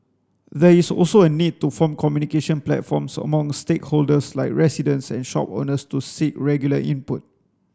there is also a need to form communication platforms among stakeholders like residents and shop owners to seek regular input